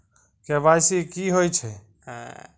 KYC की होय छै?